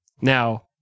Now